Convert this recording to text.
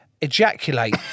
ejaculate